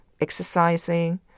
exercising